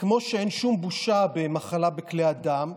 וכמו שאין שום בושה במחלה בכלי הדם,